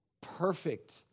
perfect